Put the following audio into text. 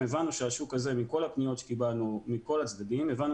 מכל הפניות שקיבלנו מכל הצדדים הבנו